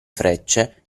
frecce